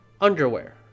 underwear